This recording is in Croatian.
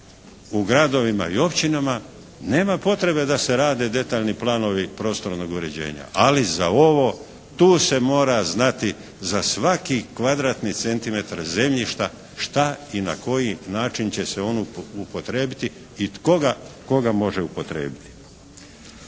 u gradovima i općinama nema potrebe da se rade detaljni planovi prostornog uređenja, ali za ovo tu se mora znati za svaki kvadratni centimetar zemljišta šta i na koji način će se ono upotrijebiti i tko ga može upotrijebiti.